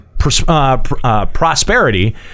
Prosperity